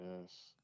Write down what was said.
Yes